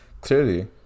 clearly